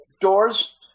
doors